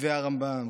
כתבי הרמב"ם,